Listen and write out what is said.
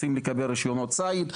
רוצים לקבל רישיונות צייד,